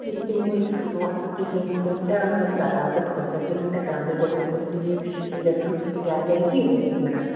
টি ভিতে শুধুমাত্র টিফিন খরচা আর যাতায়াতের খরচার জন্য একটা গান রেকর্ডিং করতে গিয়ে ইন্টারভিউ দিতে যাওয়া যায় কি বলুন ম্যাডাম